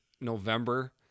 November